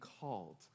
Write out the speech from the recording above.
called